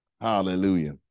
Hallelujah